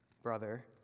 brother